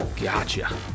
gotcha